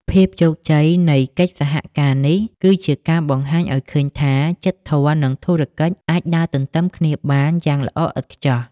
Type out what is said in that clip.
ភាពជោគជ័យនៃកិច្ចសហការនេះ គឺជាការបង្ហាញឱ្យឃើញថា "ចិត្តធម៌" និង "ធុរកិច្ច" អាចដើរទន្ទឹមគ្នាបានយ៉ាងល្អឥតខ្ចោះ។